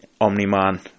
Omni-Man